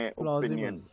opinion